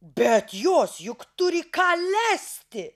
bet jos juk turi ką lesti